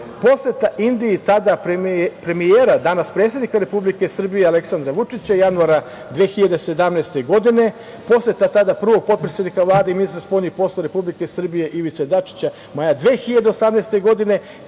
Poseta Indiji tada premijera, danas predsednika Republike Srbije Aleksandra Vučića, januara 2017. godine, poseta tada prvog potpredsednika Vlade i ministra spoljnih poslova Republike Srbije Ivice Dačića maja 2018. godine,